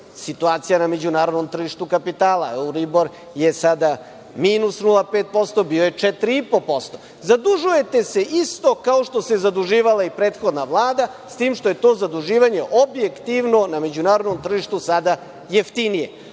situacija na međunarodnom tržištu kapitala, jer euribor je sada minus 0,5%, bio je 4,5%. Zadužujete se isto kao što se zaduživala i prethodna Vlada, s tim što je to zaduživanje objektivno na međunarodnom tržištu sada jeftinije.